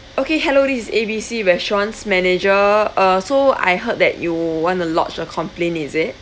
okay hello this is A B C restaurant's manager uh so I heard that you want to lodge a complain is it